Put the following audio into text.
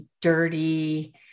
dirty